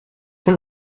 von